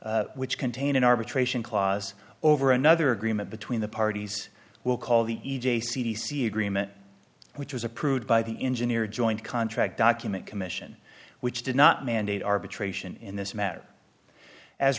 agreement which contain an arbitration clause over another agreement between the parties will call the e j c d c agreement which was approved by the engineer joint contract document commission which did not mandate arbitration in this matter as